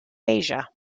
asia